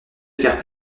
faire